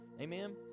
Amen